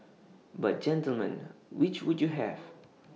but gentlemen which would you have